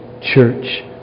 church